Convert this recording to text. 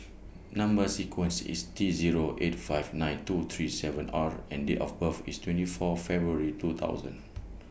Number sequence IS T Zero eight five nine two three seven R and Date of birth IS twenty four February two thousand